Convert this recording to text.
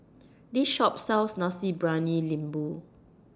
This Shop sells Nasi Briyani Lembu